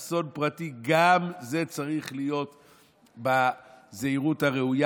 גם זה צריך להיות בזהירות הראויה,